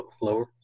Lower